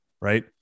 Right